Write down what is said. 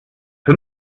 ist